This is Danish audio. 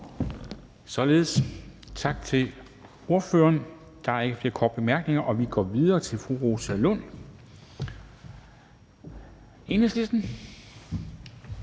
Tak til ordføreren. Der er ikke flere korte bemærkninger. Og vi går videre til fru Rosa Lund, Enhedslisten.